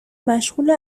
مشغول